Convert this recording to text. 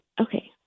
Okay